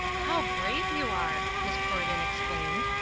how brave you are! miss croyden exclaimed.